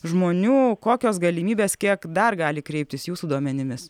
žmonių kokios galimybės kiek dar gali kreiptis jūsų duomenimis